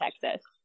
Texas